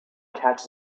catches